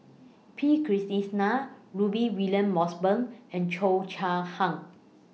P Krishnan Rudy William Mosbergen and Cheo Chai Hiang